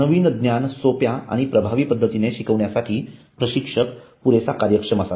नवीन ज्ञान सोप्या आणि प्रभावी पद्धतीने शिकवण्यासाठी प्रशिक्षक पुरेसा कार्यक्षम असावा